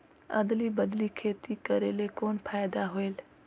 अदली बदली खेती करेले कौन फायदा होयल?